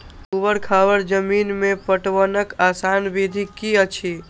ऊवर खावर जमीन में पटवनक आसान विधि की अछि?